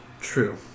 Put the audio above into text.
True